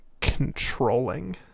controlling